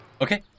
Okay